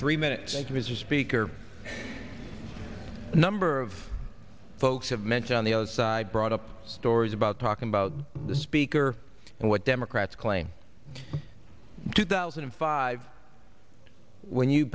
three minutes after his a speaker a number of folks have meant on the other side brought up stories about talking about the speaker and what democrats claim two thousand and five when you